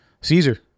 Caesar